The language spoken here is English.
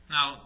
Now